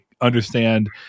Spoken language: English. understand